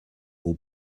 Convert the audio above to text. aux